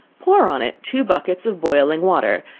pour on it two buckets of boiling water,